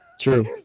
True